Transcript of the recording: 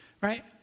right